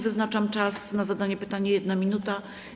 Wyznaczam czas na zadanie pytania - 1 minuta.